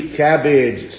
cabbage